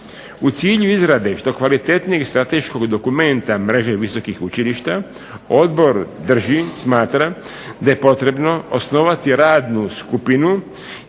U cilju izrade što kvalitetnijeg strateškog dokumenta mreže visokih učilišta odbor drži, smatra da je potrebno osnovati radnu skupinu